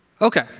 Okay